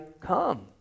come